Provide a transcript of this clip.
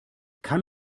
kann